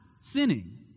sinning